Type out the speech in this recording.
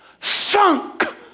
sunk